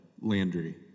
Landry